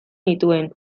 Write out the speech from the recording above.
nituen